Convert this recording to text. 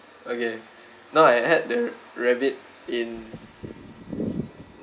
okay no I had the rabbit in